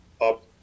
up